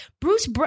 Bruce